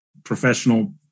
professional